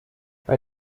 bei